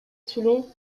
toulon